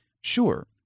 Sure